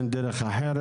אין דרך אחרת?